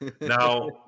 Now